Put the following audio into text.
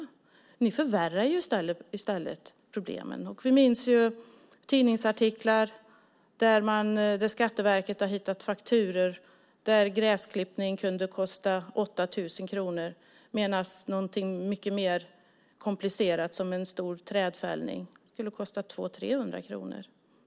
I stället förvärrar man problemet. Vi minns tidningsartiklarna om hur Skatteverket hittat fakturor där gräsklippning kunde kosta 8 000 kronor medan någonting mycket mer komplicerat, såsom en stor trädfällning, kunde kosta 200-300 kronor.